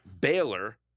Baylor